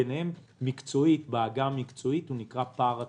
הפער ביניהם נקרא בעגה המקצועית נקרא "פער תוצר".